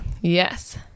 yes